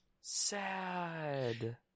Sad